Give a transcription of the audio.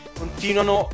continuano